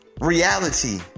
reality